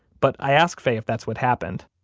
but i asked faye if that's what happened,